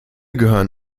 gehören